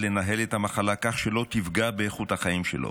לנהל את המחלה כך שלא תפגע באיכות החיים שלו.